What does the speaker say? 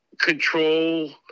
control